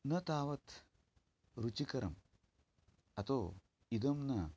न तावत् रुचिकरम् अतो इदं न